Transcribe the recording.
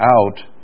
out